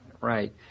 Right